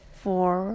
four